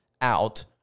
out